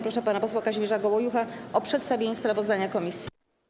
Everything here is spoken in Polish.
Proszę pana posła Kazimierza Gołojucha o przedstawienie sprawozdania komisji.